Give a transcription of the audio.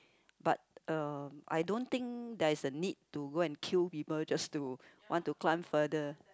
but uh I don't think there is a need to go and kill people just to want to climb further